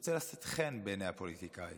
ירצה לשאת חן בעיני הפוליטיקאי.